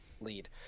lead